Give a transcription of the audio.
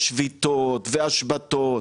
שביתות, השבתות.